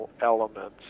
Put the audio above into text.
elements